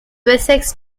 wessex